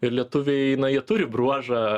ir lietuviai na jie turi bruožą